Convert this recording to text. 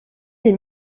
les